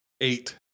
eight